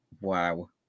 Wow